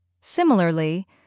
Similarly